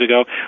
ago